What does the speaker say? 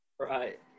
Right